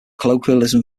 colloquialism